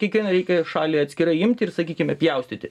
kiekvieną reikia šalį atskirai imti ir sakykime pjaustyti